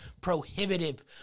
prohibitive